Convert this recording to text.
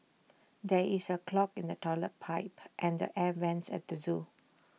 there is A clog in the Toilet Pipe and the air Vents at the Zoo